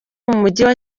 amateka